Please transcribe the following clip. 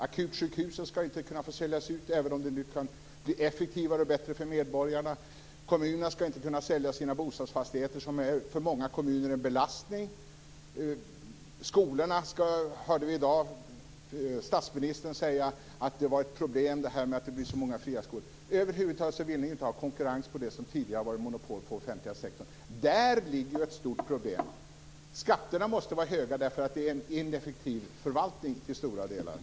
Akutsjukhusen ska inte kunna få säljas ut, även om det kan bli effektivare och bättre för medborgarna. Kommunerna ska inte kunna sälja sina bostadsfastigheter, som för många kommuner är en belastning. När det gäller skolorna hörde vi i dag statsministern säga att det var ett problem att det blir så många fria skolor. Över huvud taget vill ni inte ha konkurrens på det som tidigare har varit monopol för den offentliga sektorn. Där ligger ju ett stort problem: Skatterna måste vara höga därför att det är en till stora delar ineffektiv förvaltning.